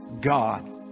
God